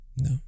No